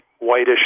whitish